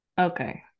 okay